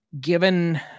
given